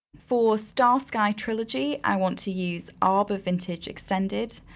for star sky trilogy i want to use arber vintage extended.